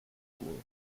school